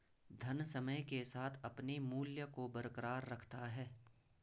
धन समय के साथ अपने मूल्य को बरकरार रखता है